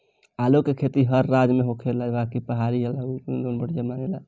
आलू के खेती हर राज में होखेला बाकि पहाड़ी आलू के लोग बढ़िया मानेला